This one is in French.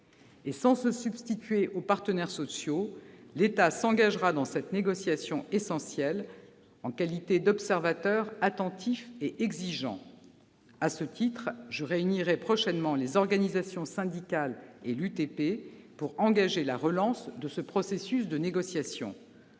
Sans se substituer aux partenaires sociaux, l'État s'engagera dans cette négociation essentielle en qualité d'observateur attentif et exigeant. À ce titre, je réunirai prochainement les organisations syndicales et l'Union des transports publics et ferroviaires,